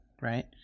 right